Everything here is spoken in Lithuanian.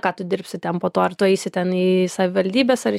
ką tu dirbsi ten po to ar tu eisi ten į savivaldybes ar